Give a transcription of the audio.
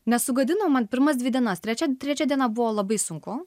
nesugadino man pirmas dvi dienas trečia trečia diena buvo labai sunku